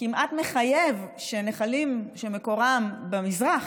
כמעט מחייב שנחלים שמקורם במזרח,